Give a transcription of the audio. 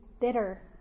bitter